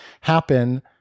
happen